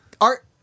Art